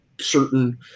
certain